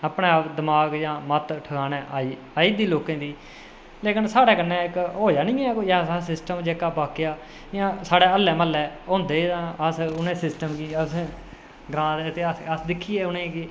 अपने आप दमाग जां मत ठिकाने आई दी लोकें दी लेकिन साढ़े कन्नै कोई होया निं ऐ ऐसा सिस्टम जेह्का बाकी आ इंया साढ़े अल्लै म्हल्लै होंदे ते उनेंगी अस ग्रांऽ दे दिक्खियै उनेंगी